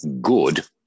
good